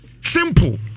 Simple